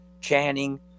Channing